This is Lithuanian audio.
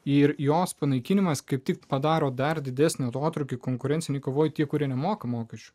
ir jos panaikinimas kaip tik padaro dar didesnį atotrūkį konkurencinėje kovoje tie kurie nemoka mokesčių